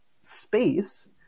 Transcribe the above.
space